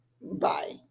Bye